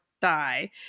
die